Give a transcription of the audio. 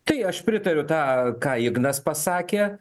tai aš pritariu tą ką ignas pasakė